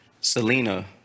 Selena